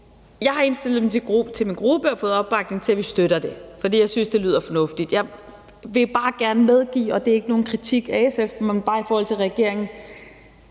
Jeg har indstillet til min gruppe og fået opbakning til, at vi støtter det, fordi jeg synes, det lyder fornuftigt. Jeg vil bare gerne medgive, og det er ikke nogen kritik af SF, men bare i forhold til regeringen,